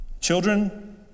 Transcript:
Children